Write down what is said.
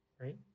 right